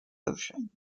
ocean